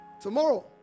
tomorrow